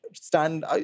Stand